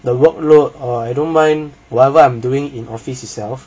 the workload or I don't mind whatever I'm doing in office itself